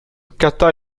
kata